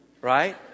right